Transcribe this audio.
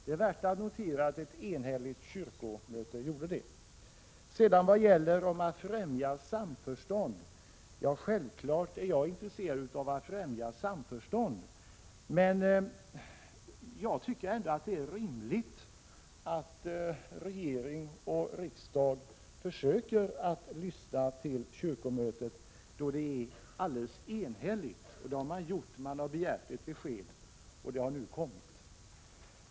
Det är värt att notera att ett enhälligt kyrkomöte gjorde det. Jag är självfallet intresserad av att främja samförstånd. Men jag tycker ändå att det är rimligt att regering och riksdag försöker lyssna till kyrkomötet då dess beslut är alldeles enhälligt. Kyrkomötet har begärt ett besked, och det har nu kommit.